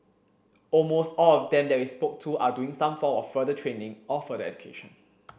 almost all of them that we spoke to are doing some form of further training or further education